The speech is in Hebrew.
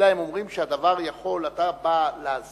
הם אומרים שהדבר יכול להביא למצב שאתה בא לעזור